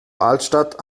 altstadt